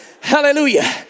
Hallelujah